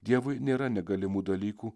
dievui nėra negalimų dalykų